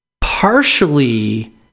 partially